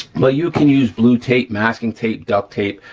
but you can use blue tape, masking tape, duct tape,